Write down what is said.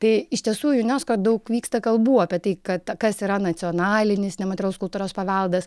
tai iš tiesų junesko daug vyksta kalbų apie tai kad kas yra nacionalinis nematerialus kultūros paveldas